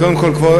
אז קודם כול,